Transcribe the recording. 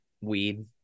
Weed